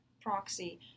proxy